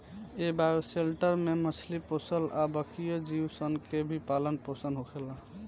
ए bioshelter में मछली पोसल आ बाकिओ जीव सन के भी पालन पोसन होखेला